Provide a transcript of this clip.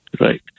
Right